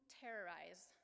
terrorize